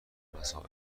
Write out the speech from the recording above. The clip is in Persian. مسائل